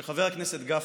אולי שחבר הכנסת גפני,